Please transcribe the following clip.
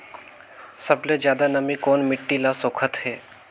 सबले ज्यादा नमी कोन मिट्टी ल सोखत हे?